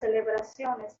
celebraciones